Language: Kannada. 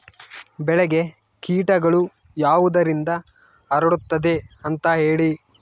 ಬೆಳೆಗೆ ಕೇಟಗಳು ಯಾವುದರಿಂದ ಹರಡುತ್ತದೆ ಅಂತಾ ಹೇಳಿ?